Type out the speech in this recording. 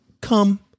come